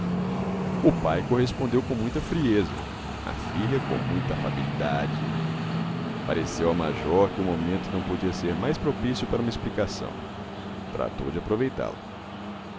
o pai correspondeu com muita frieza a filha com muita afabilidade pareceu ao major que o momento não podia ser mais propício para uma explicação tratou de aproveitá lo